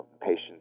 patients